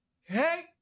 hey